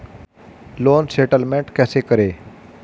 Loan settlement कैसे करें?